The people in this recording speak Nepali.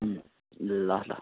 उम् ल ल